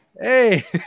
hey